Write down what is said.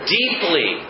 deeply